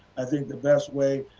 i think the best way,